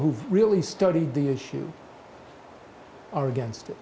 who've really studied the issue are against